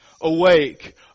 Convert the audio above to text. Awake